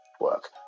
work